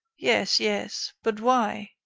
yes, yes. but why?